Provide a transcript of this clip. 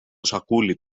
σακούλι